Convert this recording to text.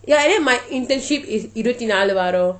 ya and then my internship is இருபத்து நாளு வாரம்:irupathu naalu vaaram